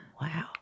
wow